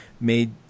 made